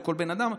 או כל בן אדם,